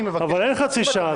אני מבקש --- אבל אין חצי שעה,